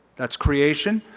that's creation.